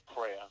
prayer